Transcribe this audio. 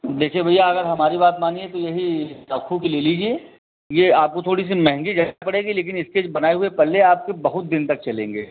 देखिए भैया अगर हमारी बात मानिए तो यही साखू की ले लीजिए यह आपको थोड़ी सी महँगी ज़रूर पड़ेगी लेकिन इसके जो बनाए हुए पल्ले आपके बहुत दिन तक चलेंगे